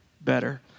better